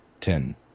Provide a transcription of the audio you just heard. Ten